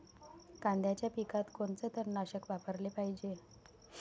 कांद्याच्या पिकात कोनचं तननाशक वापराले पायजे?